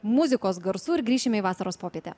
muzikos garsų ir grįšime į vasaros popietę